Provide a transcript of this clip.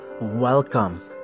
Welcome